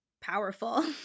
powerful